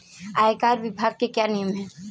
आयकर विभाग के क्या नियम हैं?